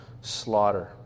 slaughter